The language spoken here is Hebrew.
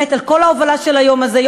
באמת על כל ההובלה של היום הזה,